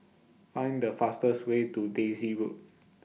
Find The fastest Way to Daisy Road